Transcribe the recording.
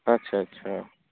ਅੱਛਾ ਅੱਛਾ